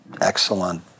excellent